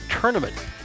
tournament